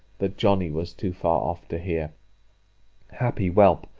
that johnny was too far off to hear happy whelp!